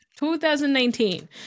2019